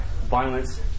violence